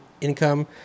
income